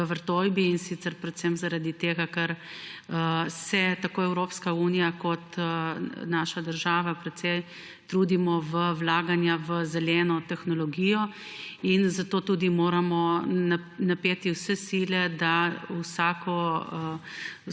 v Vrtojbi, in sicer predvsem zaradi tega, ker se tako Evropska unija kot naša država precej trudimo z vlaganji v zeleno tehnologijo. In tudi zato moramo napeti vse sile, da vsako